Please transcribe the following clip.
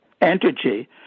Energy